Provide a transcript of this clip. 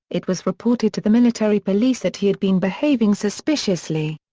it was reported to the military police that he had been behaving suspiciously.